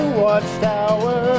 watchtower